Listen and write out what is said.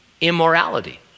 immorality